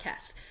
podcast